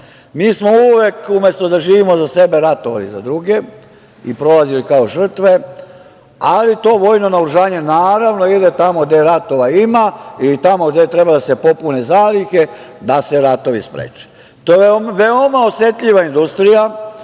mi smo uvek, umesto da živimo za sebe, ratovali za druge i prolazili, kao žrtve, ali to vojno naoružanje, naravno ide tamo gde ratova ima i tamo gde treba da se popune zalihe, da se ratovi spreče. To je veoma osetljiva industrija,